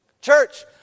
Church